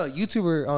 youtuber